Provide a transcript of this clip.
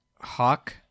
Hawk